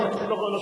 לא שכחתי.